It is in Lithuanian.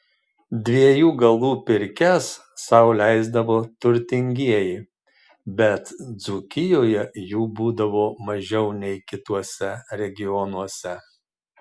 dviejų galų pirkias sau leisdavo turtingieji bet dzūkijoje jų būdavo mažiau nei kituose regionuose